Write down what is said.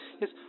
Yes